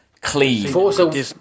clean